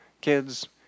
kids